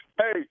Hey